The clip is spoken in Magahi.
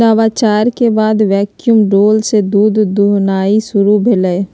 नवाचार के बाद वैक्यूम डोल से दूध दुहनाई शुरु भेलइ